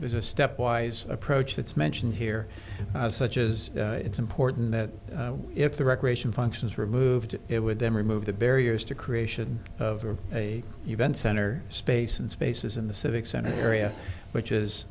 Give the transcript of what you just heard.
there's a step wise approach that's mentioned here such as it's important that if the recreation functions removed it would then remove the barriers to creation of a event center space and spaces in the civic center area which is